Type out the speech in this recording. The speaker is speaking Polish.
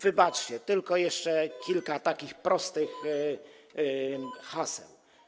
Wybaczcie, jeszcze kilka takich prostych haseł.